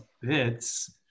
bits